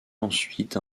ensuite